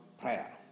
prayer